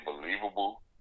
believable